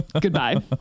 Goodbye